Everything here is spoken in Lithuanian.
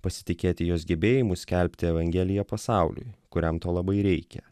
pasitikėti jos gebėjimu skelbti evangeliją pasauliui kuriam to labai reikia